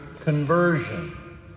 conversion